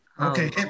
Okay